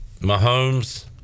Mahomes